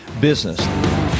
business